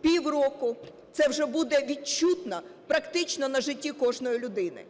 півроку, це вже буде відчутно практично на житті кожної людини.